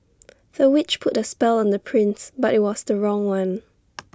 the witch put A spell on the prince but IT was the wrong one